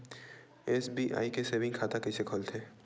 SBI के saving खाता कइसे खोलथे?